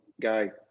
guy